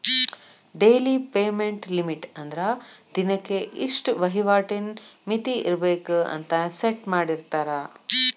daily payment limit ಅಂದ್ರ ದಿನಕ್ಕೆ ಇಷ್ಟ ವಹಿವಾಟಿನ್ ಮಿತಿ ಇರ್ಬೆಕ್ ಅಂತ ಸೆಟ್ ಮಾಡಿರ್ತಾರ